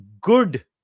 good